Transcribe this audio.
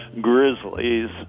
grizzlies